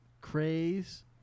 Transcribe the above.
Craze